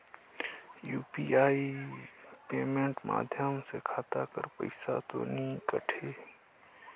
UPI payment माध्यम से खाता कर पइसा तो नी कटही?